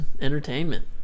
entertainment